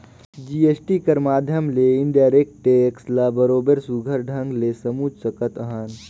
GST कर माध्यम ले इनडायरेक्ट टेक्स ल बरोबेर सुग्घर ढंग ले समुझ सकत अहन